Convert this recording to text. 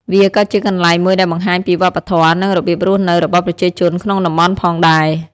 វាក៏ជាកន្លែងមួយដែលបង្ហាញពីវប្បធម៌ និងរបៀបរស់នៅរបស់ប្រជាជនក្នុងតំបន់ផងដែរ។